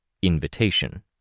invitation